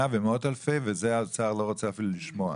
ומאות אלפי ועל זה האוצר לא רוצה בכלל לשמוע.